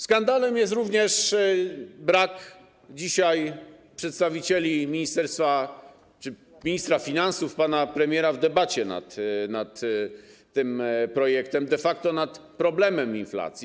Skandalem jest również brak przedstawicieli ministerstwa czy ministra finansów, pana premiera dzisiaj w debacie nad tym projektem, de facto nad problemem inflacji.